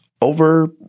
over